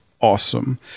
awesome